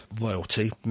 royalty